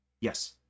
Yes